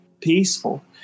peaceful